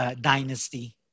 Dynasty